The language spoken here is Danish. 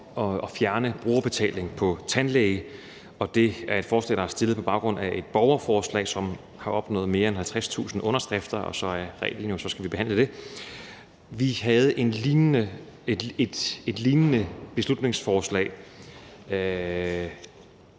at fjerne brugerbetaling på tandlæge, og det er et forslag, der er fremsat på baggrund af et borgerforslag, som har opnået mere end 50.000 underskrifter, og så er reglen jo, at vi skal behandle det. Vi havde et lignende beslutningsforslag